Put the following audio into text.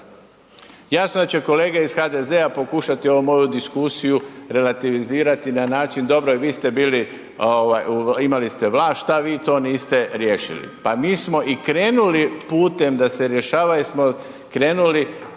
Jasno je da će kolege iz HDZ-a pokušati ovu moju diskusiju relativizirati na način dobro je vi ste bili, imali ste vlast, šta vi to niste riješili, pa mi smo i krenuli putem da se rješava jer smo krenuli